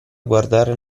guardare